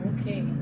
okay